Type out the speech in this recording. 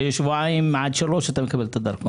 ושבועיים עד שלושה עד שהוא מקבל דרכון.